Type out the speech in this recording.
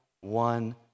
one